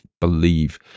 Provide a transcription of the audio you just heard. believe